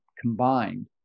combined